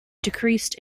decreased